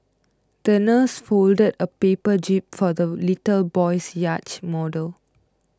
the nurse folded a paper jib for the little boy's yacht model